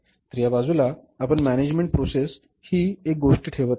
तर या बाजूला आपण मॅनेजमेंट प्रोसेस ही एक गोष्ट ठेवत आहोत